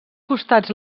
costats